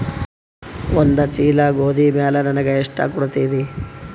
ಒಂದ ಚೀಲ ಗೋಧಿ ಮ್ಯಾಲ ನನಗ ಎಷ್ಟ ಕೊಡತೀರಿ?